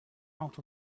out